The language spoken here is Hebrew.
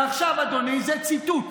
ועכשיו, אדוני, זה ציטוט,